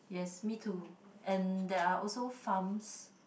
yes me too and there are also farms